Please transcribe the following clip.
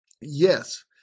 Yes